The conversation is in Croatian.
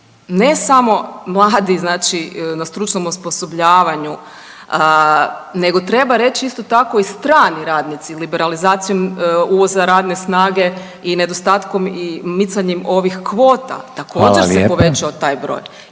ne samo mladi znači na stručnom osposobljavanju nego treba reći, isto tako i strani radnici liberalizacijom uvoza radne snage i nedostatkom i micanjem ovih kvota također, se povećao taj broj